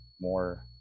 more